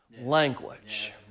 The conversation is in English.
language